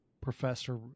professor